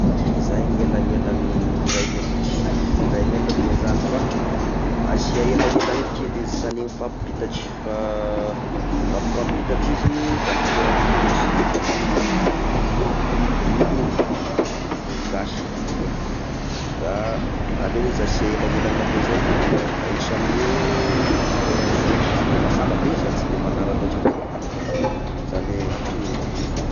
Zay ny elan'ela ny iray metatry, sy iray metatry mo izany fa asia elagnelany kidy izy sany mifampitatry fa raha mifampitatry izy da miteraky lomotry, da lo igny dolongo, dolongo gasy, da aleo izy asia elanelany lako zay da ahisy aminy toera somary sy de mafagna be sady sy de magnara loatra avy eo koa, zany hoe antonony izagny.